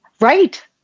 Right